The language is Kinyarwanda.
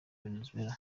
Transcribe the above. venezuela